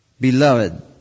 beloved